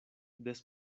des